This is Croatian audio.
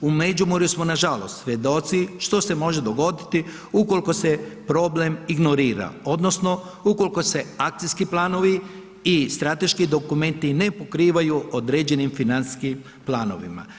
U Međimurju smo nažalost svjedoci što se može dogoditi ukoliko se problem ignorira, odnosno ukoliko se akcijski planovi i strateški dokumenti ne pokrivaju određenim financijskim planovima.